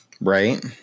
Right